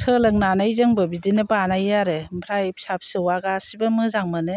सोलोंनानै जोंबो बिदिनो बानायो आरो ओमफ्राय फिसा फिसौआ गासैबो मोजां मोनो